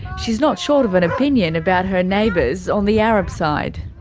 she's not short of an opinion about her neighbours on the arab side.